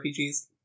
RPGs